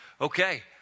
okay